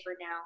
now